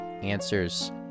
answers